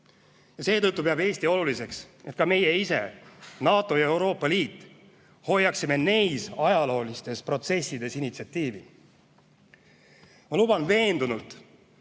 Seetõttu peab Eesti oluliseks, et ka meie ise, NATO ja Euroopa Liit, hoiaksime nendes ajaloolistes protsessides initsiatiivi. Ma luban veendunult,